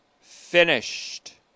finished